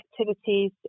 activities